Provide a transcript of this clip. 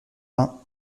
vingt